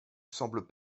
semblent